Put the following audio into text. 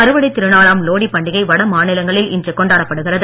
அறுவடைத் திருநாளாம் லோடிப் பண்டிகை வட மாநிலங்களில் இன்று கொண்டாடப்படுகிறது